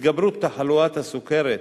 התגברות תחלואת הסוכרת,